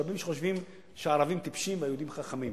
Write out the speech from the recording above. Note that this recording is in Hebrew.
רבים חושבים שערבים טיפשים והיהודים חכמים.